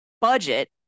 budget